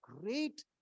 great